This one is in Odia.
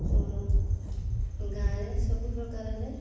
ତ ଗାଁରେ ସବୁ ପ୍ରକାରରେ